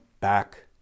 back